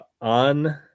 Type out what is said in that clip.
on